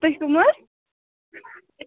تُہۍ کٕم حظ